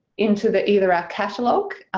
into the, either our catalog,